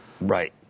Right